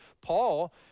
Paul